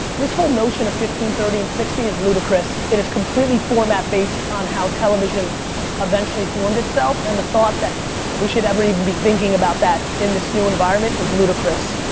this whole notion of fifteen, thirty and sixty is ludicrous. it is completely format based on how television eventually formed itself and the thought that we should ever even be thinking about that in this new environment is ludicrous.